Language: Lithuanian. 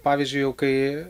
pavyzdžiui jau kai